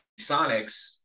sonics